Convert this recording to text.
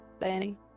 Danny